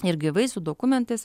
ir gyvai su dokumentais